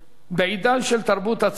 בעידן של תרבות הצריכה,